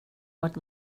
what